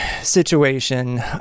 situation